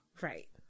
Right